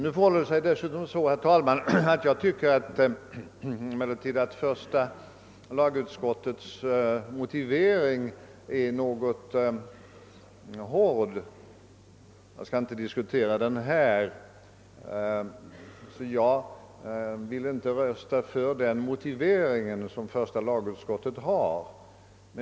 Det förhåller sig emellertid så, herr talman, att första lagutskottets motivering enligt min uppfattning är något hård. Jag skall inte diskutera den nu, men jag vill inte rösta för den motive ring som första lagutskottet har.